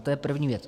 To je první věc.